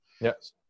Yes